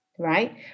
Right